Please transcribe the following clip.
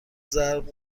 ضرب